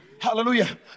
Hallelujah